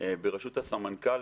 בראשות הסמנכ"ל,